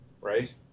Right